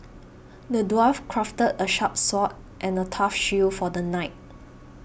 the dwarf crafted a sharp sword and a tough shield for the knight